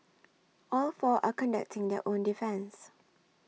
all four are conducting their own defence